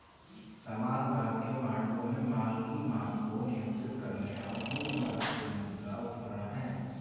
समाजवाद के मॉडलों में माल की मांग को नियंत्रित करने और पूंजीवाद के मुद्रा उपकरण है